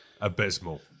abysmal